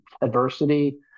adversity